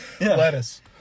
Lettuce